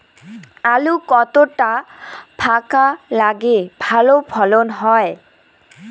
আলু কতটা ফাঁকা লাগে ভালো ফলন হয়?